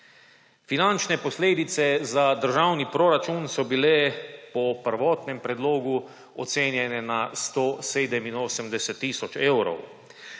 Finančne posledice za državni proračun so bile po prvotnem predlogu ocenjene na 187 tisoč evrov.